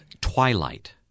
Twilight